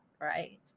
right